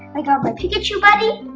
i got my pikachu buddy.